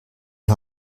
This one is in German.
die